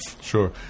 sure